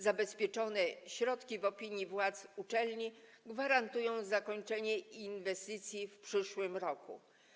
Zabezpieczone środki w opinii władz uczelni gwarantują zakończenie inwestycji w przyszłym roku.